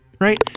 Right